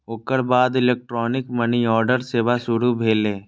ओकर बाद electronic money order सेवा शुरू भेलै